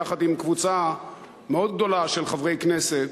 יחד עם קבוצה מאוד גדולה של חברי כנסת,